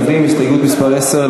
ההסתייגות של קבוצת סיעת חד"ש,